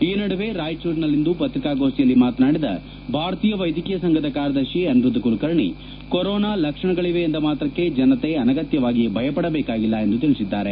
ಈ ನಡುವೆ ರಾಯಚೂರಿನಲ್ಲಿಂದು ಪತ್ರಿಕಾಗೋಷ್ಠಿಯಲ್ಲಿ ಮಾತನಾಡಿದ ಭಾರತೀಯ ವೈದ್ಯಕೀಯ ಸಂಘದ ಕಾರ್ಯದರ್ಶಿ ಅನಿರುದ್ದ ಕುಲಕರ್ಣೆ ಕೊರೋನಾ ಲಕ್ಷಣಗಳವೆ ಎಂದ ಮಾತ್ರಕ್ಕೆ ಜನತೆ ಅನಗತ್ವವಾಗಿ ಭಯಪಡಬೇಕಾಗಿಲ್ಲ ಎಂದು ತಿಳಿಸಿದ್ದಾರೆ